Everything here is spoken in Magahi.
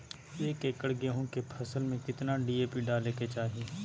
एक एकड़ गेहूं के फसल में कितना डी.ए.पी डाले के चाहि?